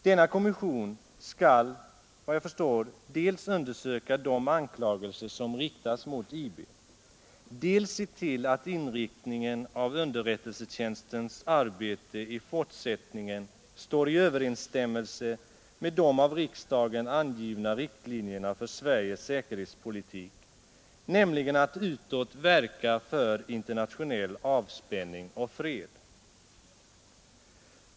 Denna kommission skall efter vad jag förstår dels undersöka de anklagelser som riktas mot IB, dels se till att inriktningen av underrättelsetjänstens arbete i fortsättningen står i överensstämmelse med de av riksdagen angivna riktlinjerna för Sveriges säkerhetspolitik, nämligen att ”utåt verka för internationell avspänning och fred”.